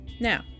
Now